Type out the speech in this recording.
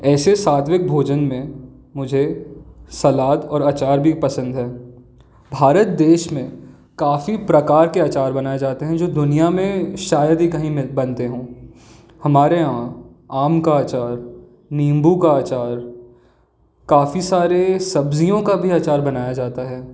ऐसे सात्विक भोजन में मुझे सलाद और अचार भी पसंद हैं भारत देश में काफ़ी प्रकार के अचार बनाए जाते हैं जो दुनिया में शायद ही कहीं मिल बनते हों हमारे यहाँ आम का अचार नींबू का अचार काफ़ी सारी सब्ज़ियों का भी अचार बनाया जाता है